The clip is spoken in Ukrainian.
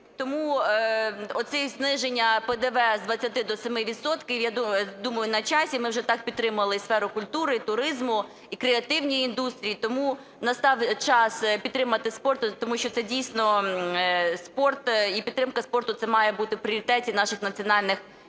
Тому оце зниження ПДВ з 20 до 7 відсотків, я думаю, на часі. Ми вже так підтримали і сферу культури, і туризму, і креативні індустрії. Тому настав час підтримати спорт, тому що спорт і підтримка спорту – це має були у пріоритеті наших національних інтересів.